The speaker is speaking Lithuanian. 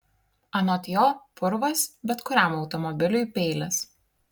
anot jo purvas bet kuriam automobiliui peilis